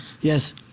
Yes